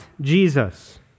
Jesus